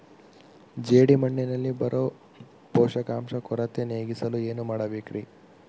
ಜೇಡಿಮಣ್ಣಿನಲ್ಲಿ ಬರೋ ಪೋಷಕಾಂಶ ಕೊರತೆ ನೇಗಿಸಲು ಏನು ಮಾಡಬೇಕರಿ?